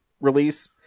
release